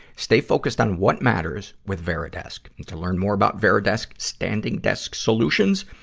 stay focused on what matters with varidesk. and to learn more about varidesk standing desk solutions,